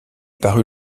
parut